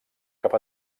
cap